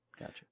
gotcha